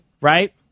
right